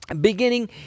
beginning